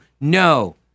no